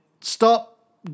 stop